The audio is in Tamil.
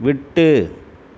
விட்டு